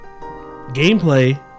Gameplay